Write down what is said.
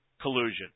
collusion